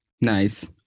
nice